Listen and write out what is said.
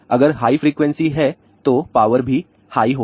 अगर high frequency है तो पावर भी हाई होगा